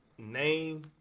name